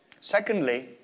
Secondly